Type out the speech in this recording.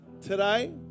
today